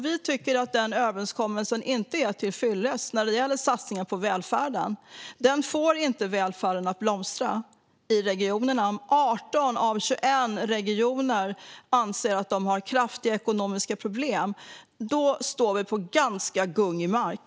Vi tycker inte att den överenskommelsen är till fyllest när det gäller satsningar på välfärden. Den får inte välfärden att blomstra i regionerna. Om 18 av 21 regioner anser att de har kraftiga ekonomiska problem står vi på ganska gungig mark.